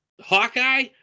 hawkeye